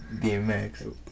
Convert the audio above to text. DMX